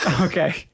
Okay